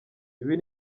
ibi